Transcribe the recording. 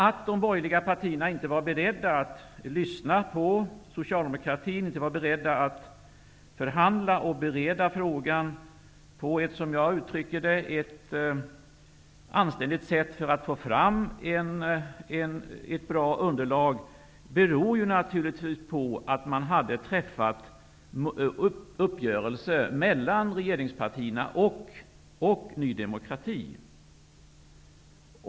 Att de borgerliga partierna inte var beredda att lyssna på socialdemokratin och inte var beredda att förhandla och bereda frågan på ett, som jag uttrycker det, anständigt sätt för att få fram ett bra underlag, beror naturligtvis på att de hade träffat en uppgörelse mellan regeringspartierna och Ny demokrati.